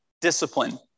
discipline